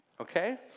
Okay